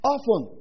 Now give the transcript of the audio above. Often